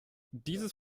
dieses